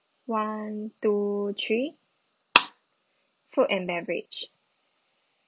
one two three food and beverage